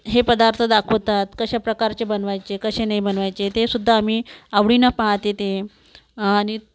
हे पदार्थ दाखवतात कशाप्रकारचे बनवायचे कशे नाही बनवायचे ते सुद्धा आम्ही आवडीनं पाहाते ते आणि